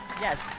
yes